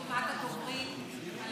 אפשר לקבל את רשימת הדוברים על המסך?